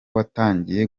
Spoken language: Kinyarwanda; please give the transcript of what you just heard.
watangiye